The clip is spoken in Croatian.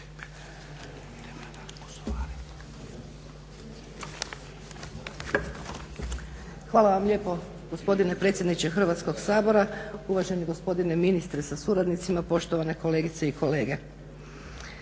Hvala lijepa gospodine predsjedniče Hrvatskog sabora, poštovani ministre sa suradnicama, poštovane kolegice i kolege.